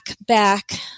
back